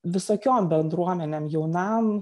visokiom bendruomenėm jaunam